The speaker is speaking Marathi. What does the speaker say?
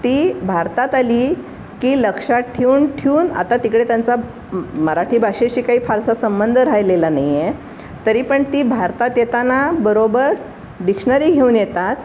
ती भारतात आली की लक्षात ठेऊन ठेऊन आता तिकडे त्यांचा मराठी भाषेशी काही फारसा संबंध राहिलेला नाही आहे तरी पण ती भारतात येताना बरोबर डिक्शनरी घेऊन येतात